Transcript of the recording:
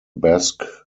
basque